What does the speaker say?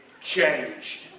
changed